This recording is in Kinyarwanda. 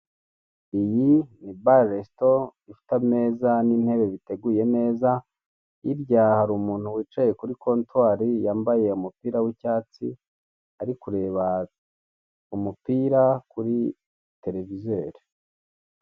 Iyi ni baresito ifite ameza n'intebe biteguye neza, hirya hari umuntu wicaye kuri kontwari yambaye umupira w'icyatsi ari kureba umupira kuri televizeri.